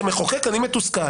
כמחוקק אני מתוסכל